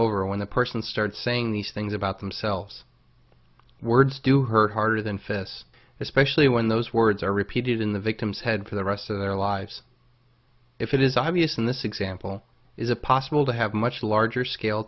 over when the person starts saying these things about themselves words do hurt harder than fists especially when those words are repeated in the victim's head for the rest of their lives if it is obvious in this example is a possible to have much larger scale